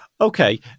okay